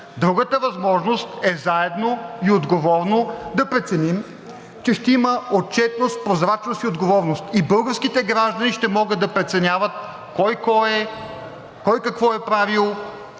Другата възможност е заедно и отговорно да преценим, че ще има отчетност, прозрачност и отговорност и българските граждани ще могат да преценяват кой кой е,